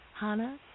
Hana